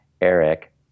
Eric